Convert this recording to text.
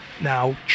Now